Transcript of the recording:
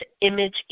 image